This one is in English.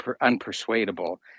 unpersuadable